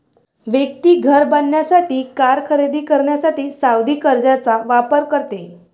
व्यक्ती घर बांधण्यासाठी, कार खरेदी करण्यासाठी सावधि कर्जचा वापर करते